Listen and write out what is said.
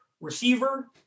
receiver